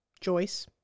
Joyce